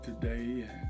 today